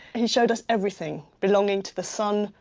he showed us everything belonging to the sun,